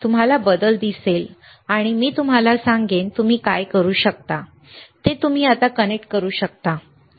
तुम्हाला बदल दिसेल आणि मग मी तुम्हाला सांगेन तुम्ही काय करू शकता ते तुम्ही आता कनेक्ट करू शकता बरोबर